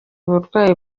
uburwayi